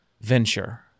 venture